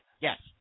Yes